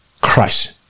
Christ